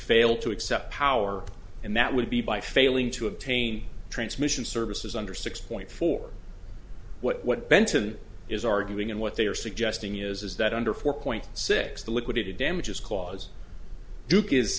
fail to accept power and that would be by failing to obtain transmission services under six point four what benton is arguing and what they are suggesting is that under four point six the liquidated damages clause duke is